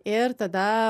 ir tada